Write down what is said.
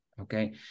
okay